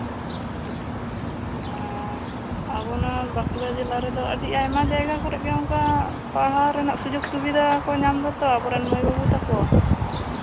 ᱚᱻ ᱟᱵᱚ ᱱᱚᱶᱟ ᱵᱟᱸᱠᱩᱲᱟ ᱡᱮᱞᱟ ᱨᱮᱫᱚ ᱟᱹᱰᱤ ᱟᱭᱢᱟ ᱡᱟᱭᱜᱟ ᱠᱚᱨᱮᱜ ᱜᱮ ᱚᱱᱠᱟ ᱯᱟᱲᱦᱟᱣ ᱨᱮᱭᱟᱜ ᱥᱩᱡᱳᱜ ᱥᱩᱵᱤᱫᱷᱟ ᱠᱚ ᱧᱟᱢ ᱮᱫᱟ ᱛᱚ ᱟᱵᱚᱨᱮᱱ ᱢᱟᱹᱭ ᱵᱟᱹᱵᱩ ᱛᱟᱠᱚ